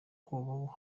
kubo